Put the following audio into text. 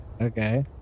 Okay